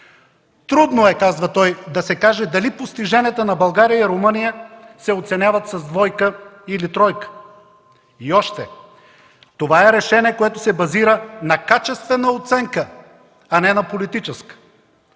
„Трудно е – казва той – да се каже дали постиженията на България и Румъния се оценяват с двойка или тройка”. И още: „Това е решение, което се базира на качествена оценка, а не на политическа.”